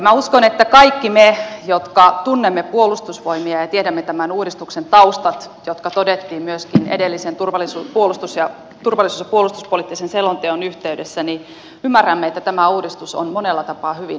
minä uskon että kaikki me jotka tunnemme puolustusvoimia ja tiedämme tämän uudistuksen taustat jotka todettiin myöskin edellisen turvallisuus ja puolustuspoliittisen selonteon yhteydessä ymmärrämme että tämä uudistus on monella tapaa hyvin haastava